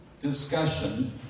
discussion